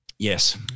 Yes